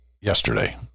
yesterday